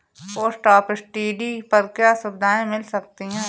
Post office TD पर क्या सुविधाएँ मिल सकती है?